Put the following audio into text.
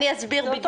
אני אסביר.